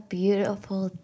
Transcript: beautiful